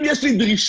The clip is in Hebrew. אם יש לי דרישה,